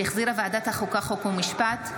שהחזירה ועדת החוקה, חוק ומשפט,